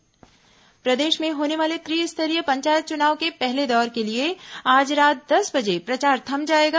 पंचायत चुनाव प्रदेश में होने वाले त्रिस्तरीय पंचायत चुनाव के पहले दौर के लिए आज रात दस बजे प्रचार थम जाएगा